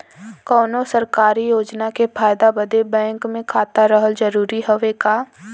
कौनो सरकारी योजना के फायदा बदे बैंक मे खाता रहल जरूरी हवे का?